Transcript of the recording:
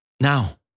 Now